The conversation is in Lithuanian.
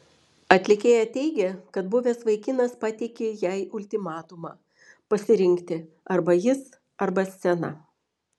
atlikėja teigė kad buvęs vaikinas pateikė jai ultimatumą pasirinkti arba jis arba scena